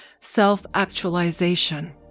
self-actualization